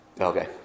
Okay